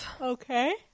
Okay